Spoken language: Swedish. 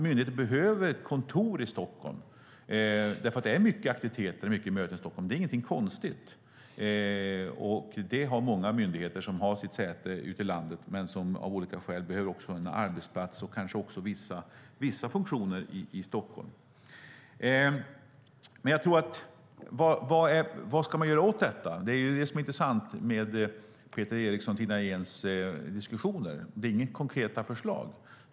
Myndigheter kan behöva ha kontor i Stockholm därför att det är mycket aktiviteter och många möten här, så det är ingenting konstigt. Många myndigheter som har sitt säte ute i landet behöver kanske av olika skäl en arbetsplats och vissa funktioner i Stockholm. Vad ska man göra åt detta? Det är ju det som är intressant med Peter Erikssons och Tina Ehns diskussioner. De innehåller inga konkreta förslag.